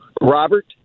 robert